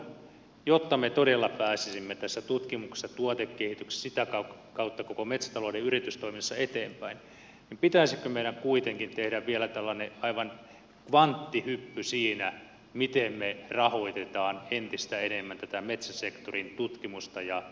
jotta me todella pääsisimme tässä tutkimuksessa tuotekehityksessä sitä kautta koko metsätalouden yritystoiminnassa eteenpäin pitäisikö meidän kuitenkin tehdä vielä tällainen aivan kvanttihyppy siinä miten me rahoitamme entistä enemmän tätä metsäsektorin tutkimusta ja tuotekehitystä